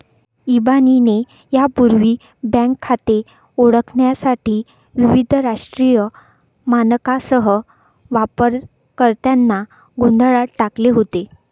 इबानीने यापूर्वी बँक खाते ओळखण्यासाठी विविध राष्ट्रीय मानकांसह वापरकर्त्यांना गोंधळात टाकले होते